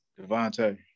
Devontae